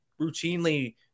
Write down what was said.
routinely –